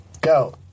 Go